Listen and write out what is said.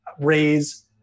raise